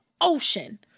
ocean